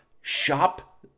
shop